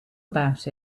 about